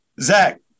Zach